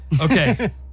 Okay